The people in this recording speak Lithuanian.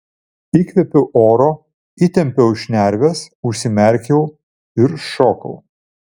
įkvėpiau oro įtempiau šnerves užsimerkiau ir šokau